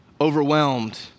overwhelmed